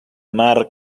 mar